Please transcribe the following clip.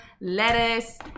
lettuce